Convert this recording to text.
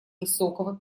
высокого